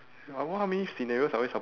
uh what how many scenarios are we sup~